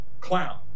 clown